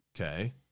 Okay